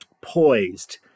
poised